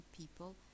people